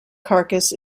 carcass